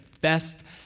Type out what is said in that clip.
best